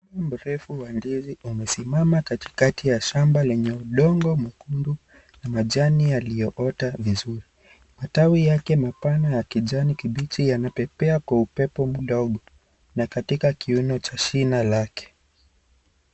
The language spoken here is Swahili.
Mti mrefu wa ndizi umesimama katikati ya shamba lenye udongo nyekundu na majani yaliyoota vizuri. Matawi yake pana ya kijani kibichi yanapepea kwa upepo mdogo na katika kiuno ya shina lake.